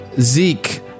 Zeke